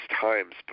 times